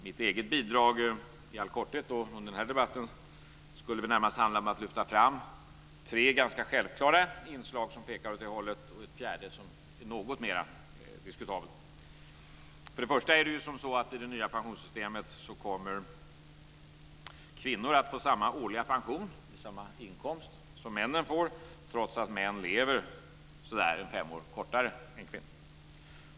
Mitt eget bidrag under den här debatten skulle närmast handla om att lyfta fram tre ganska självklara inslag som pekar åt det hållet och ett fjärde som är något mera diskutabelt. För det första kommer kvinnor i det nya pensionssytemet att få samma årliga pension, samma inkomst, som männen får, trots att män lever cirka fem år kortare än kvinnor.